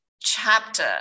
Chapter